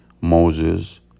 Moses